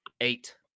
eight